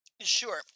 Sure